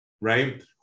right